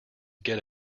get